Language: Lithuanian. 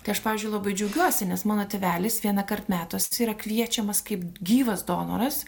tai aš pavyzdžiui labai džiaugiuosi nes mano tėvelis vienąkart metuose yra kviečiamas kaip gyvas donoras